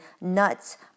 nuts